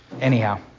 anyhow